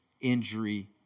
injury